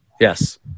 Yes